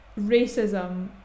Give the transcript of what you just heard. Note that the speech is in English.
racism